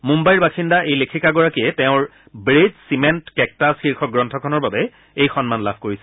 মুন্বাইৰ বাসিন্দা এই লেখিকাগৰাকীয়ে তেওঁৰ ব্ৰেড চিমেণ্ট কেক্টাছ শীৰ্ষক গ্ৰন্থখনৰ বাবে এই সন্মান লাভ কৰিছে